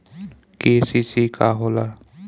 KCC का होला?